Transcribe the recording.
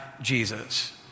Jesus